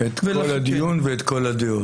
את כל הדיון ואת כל הדעות.